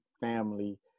family